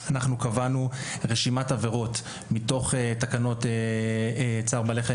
אנחנו קבענו רשימת עבירות מתוך תקנות צער בעלי חיים,